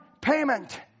payment